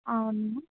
అవును